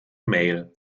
mail